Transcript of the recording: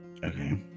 Okay